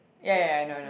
it